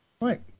Right